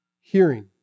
hearing